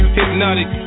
Hypnotic